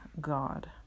God